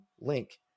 link